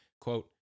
Quote